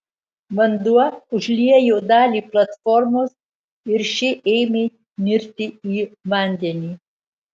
vanduo užliejo dalį platformos ir ši ėmė nirti į vandenį